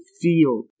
feel